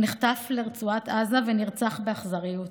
הוא נחטף לרצועת עזה ונרצח באכזריות.